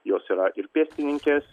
jos yra ir pėstininkės